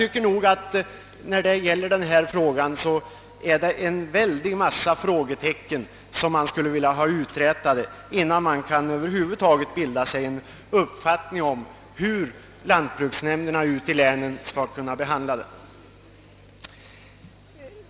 I detta ärende förekommer en väldig massa frågetecken som man gärna skulle vilja ha utsuddade innan man över huvud taget kan bilda sig en uppfattning om hur lantbruksnämnderna ute i länen skall kunna behandla ärendena.